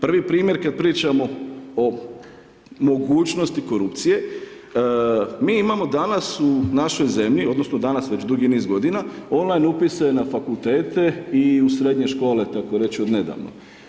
Prvi primjer kad pričamo o mogućnosti korupcije, mi imamo danas u našoj zemlji odnosno danas već dugi niz godina, online upise na fakultete i u srednje škole, takoreći od nedavno.